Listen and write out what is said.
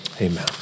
amen